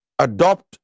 adopt